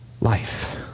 life